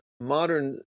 modern